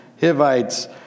Hivites